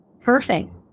Perfect